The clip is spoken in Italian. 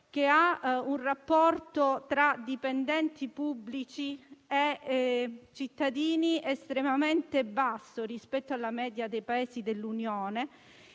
ha un rapporto tra dipendenti pubblici e cittadini estremamente basso rispetto alla media dei Paesi dell'Unione